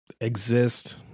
exist